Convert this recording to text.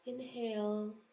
Inhale